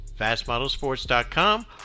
FastModelSports.com